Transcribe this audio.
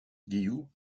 guillou